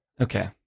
Okay